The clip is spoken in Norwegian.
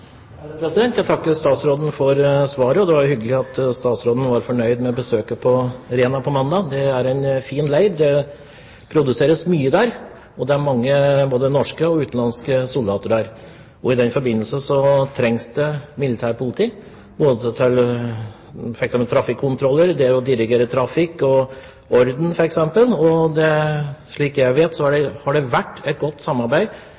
Jeg takker statsråden for svaret. Det er hyggelig at statsråden var fornøyd med besøket på Rena på mandag. Det er en fin leir. Det produseres mye der. Det er mange soldater der, både norske og utenlandske. I den forbindelse trengs det militærpoliti, både til trafikkontroller, til å dirigere trafikk og til å holde orden. Så vidt jeg vet, har det vært et godt samarbeid